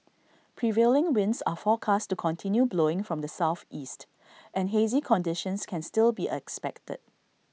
prevailing winds are forecast to continue blowing from the Southeast and hazy conditions can still be expected